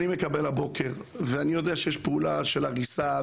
אני יודע שיש פעולות של הריסה,